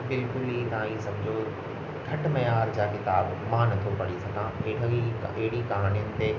बिल्कुलु ई तव्हां ई सम्झो ठठ मयार जा किताब मां नथो पढ़ी सघां हेठि अहिड़ियूं ई कहाणियुनि ते